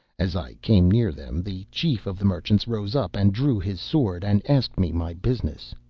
as i came near them, the chief of the merchants rose up and drew his sword, and asked me my business.